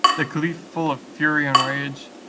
the caliph, full of fury and rage,